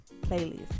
playlist